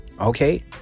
Okay